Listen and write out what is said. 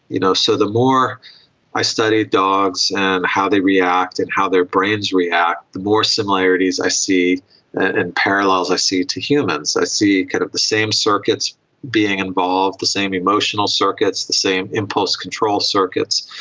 you know so the more i study dogs and how they react and how their brains react, the more similarities i see and parallels i see to humans. i see kind of the same circuits being involved, the same emotional circuits, the same impulse control circuits.